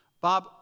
Bob